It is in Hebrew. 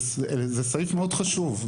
זה סעיף מאוד חשוב.